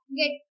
get